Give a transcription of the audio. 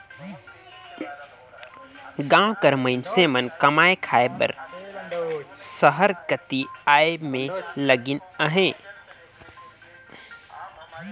गाँव कर मइनसे मन कमाए खाए बर सहर कती आए में लगिन अहें